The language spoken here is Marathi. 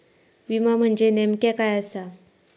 विमा म्हणजे नेमक्या काय आसा?